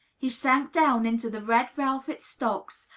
he sank down into the red-velvet stocks,